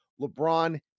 LeBron